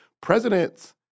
presidents